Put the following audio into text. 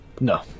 no